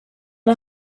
and